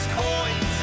coins